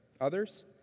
others